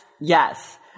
yes